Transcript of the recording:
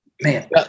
Man